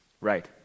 Right